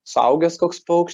suaugęs koks paukš